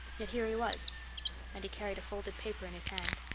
yet here he was and he carried a folded paper in his hand.